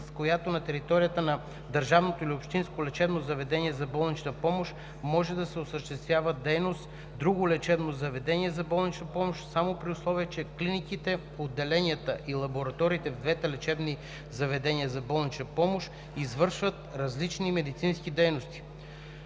която на територията на държавно или общинско лечебно заведение за болнична помощ може да осъществява дейност друго лечебно заведение за болнична помощ само, при условие че клиниките, отделенията и лабораториите в двете лечебни заведения за болнична помощ извършват различни медицински дейности.